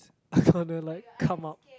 gonna like come up